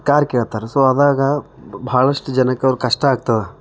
car ಕೇಳ್ತಾರೆ so ಆವಾಗ ಬಹಳಷ್ಟು ಜನಕ್ಕೆ ಕಷ್ಟ ಆಗ್ತದೆ